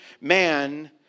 man